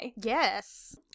Yes